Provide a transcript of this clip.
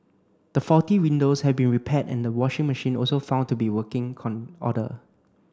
the faulty windows had been repaired and the washing machine also found to be working order